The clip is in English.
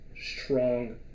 strong